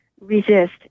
resist